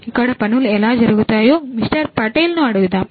ఇక్కడ పనులు ఎలా జరుగుతాయో మిస్టర్ పటేల్ను అడుగుదాము